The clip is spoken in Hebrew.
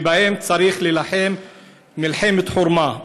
וצריך להילחם בהם מלחמת חורמה.